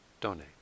donate